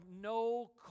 no